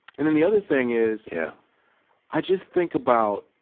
and then the other thing is, yeah i just think about